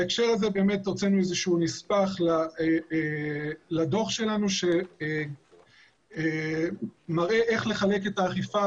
בהקשר הזה באמת הוצאנו נספח לדוח שלנו שמראה איך לחלק את האכיפה,